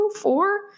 four